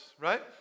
right